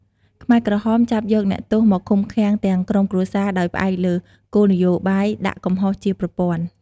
ខ្មែរក្រហមចាប់យកអ្នកទោសមកឃុំឃាំងទាំងក្រុមគ្រួសារ ដោយផ្អែកលើគោលនយោបាយដាក់កំហុសជាប្រព័ន្ធ។